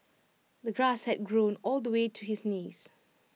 the grass had grown all the way to his knees